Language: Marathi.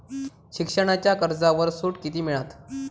शिक्षणाच्या कर्जावर सूट किती मिळात?